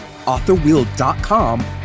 authorwheel.com